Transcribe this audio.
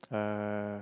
uh